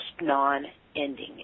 non-ending